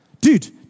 Dude